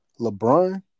LeBron